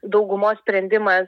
daugumos sprendimas